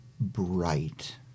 bright